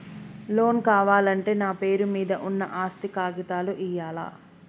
Loan కావాలంటే నా పేరు మీద ఉన్న ఆస్తి కాగితాలు ఇయ్యాలా?